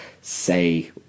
say